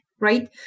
Right